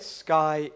sky